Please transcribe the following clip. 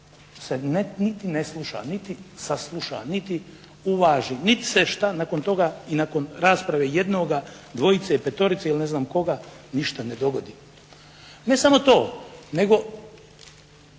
ne niti ne sluša, niti sasluša, niti uvaži, niti se šta nakon toga i nakon rasprave jednoga, dvojice, petorice ili ne znam koga ništa ne dogodi. Ne samo to, nego